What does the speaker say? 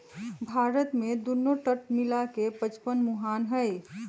भारत में दुन्नो तट मिला के पचपन मुहान हई